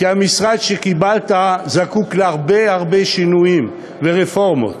כי המשרד שקיבלת זקוק להרבה הרבה שינויים ורפורמות,